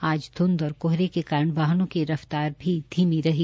आज ध्रंध और कोहरे के कारण वाहनों की र फ्तार भी धीमी रही